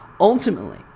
Ultimately